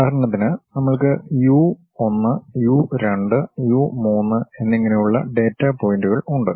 ഉദാഹരണത്തിന് നമ്മൾക്ക് U 1 U 2 U 3 എന്നിങ്ങനെയുള്ള ഡാറ്റ പോയിന്റുകൾ ഉണ്ട്